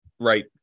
right